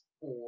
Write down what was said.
four